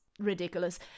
ridiculous